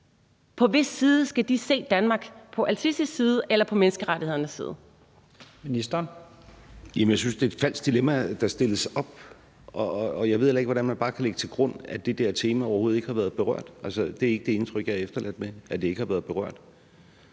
På hvis side skal de se Danmark? På al-Sisis side eller på menneskerettighedernes side?